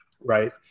Right